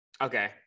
okay